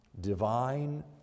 Divine